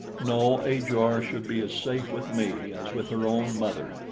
no, ajor should be as safe with me as with her own mother,